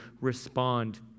respond